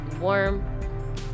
Warm